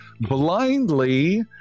blindly